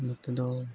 ᱱᱚᱛᱮ ᱫᱚ